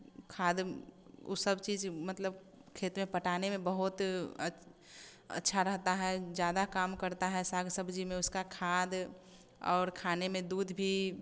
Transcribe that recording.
खाद वे सब चीज़ मतलब खेत में पटाने में बहुत अच्छा रहता है ज़्यादा काम करता है साग सब्ज़ी में उसका खाद और खाने में दूध भी